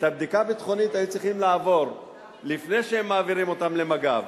את הבדיקה הביטחונית הם היו צריכים לעבור לפני שהם מעבירים אותם למג"ב.